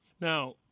Now